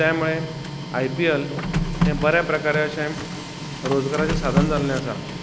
so त्यामुळे I P L L हे अशें बऱ्या प्रकारे रोजगाराचे साधन जाल्ले आसा